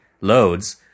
loads